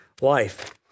life